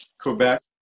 Quebec